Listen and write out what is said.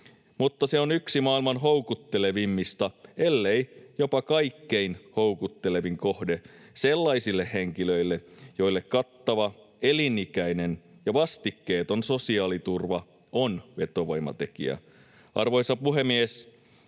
mutta se on yksi maailman houkuttelevimmista ellei jopa kaikkein houkuttelevin kohde sellaisille henkilöille, joille kattava, elinikäinen ja vastikkeeton sosiaaliturva on vetovoimatekijä. Arvoisa puhemies!